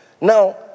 Now